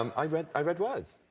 um i read i read words.